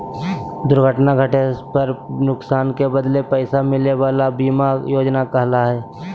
दुर्घटना घटे पर नुकसान के बदले पैसा मिले वला बीमा योजना कहला हइ